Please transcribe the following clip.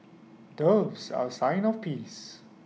doves are A sign of peace